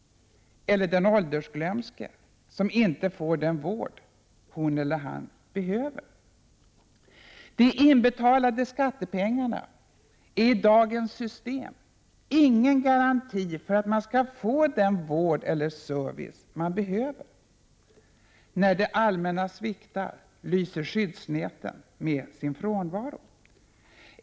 Vad gör den åldersglömske som inte får den vård hon eller han behöver? De inbetalade skattepengarna är i dagens system ingen garanti för att man skall få den vård eller den service man behöver. När det allmänna sviktar lyser skyddsnäten med sin frånvaro.